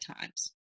times